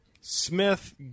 Smith